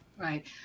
Right